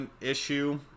issue